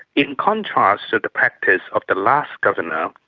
in contrast to the practice of the last governor,